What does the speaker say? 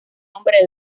nombre